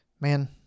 man